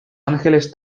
angeles